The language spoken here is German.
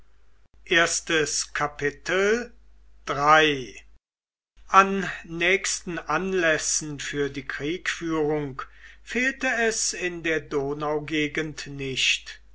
an nächsten anlässen für die kriegführung fehlte es in der donaugegend nicht